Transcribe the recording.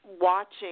Watching